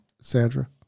Sandra